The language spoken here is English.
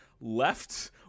left